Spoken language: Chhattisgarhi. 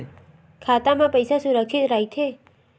खाता मा पईसा सुरक्षित राइथे?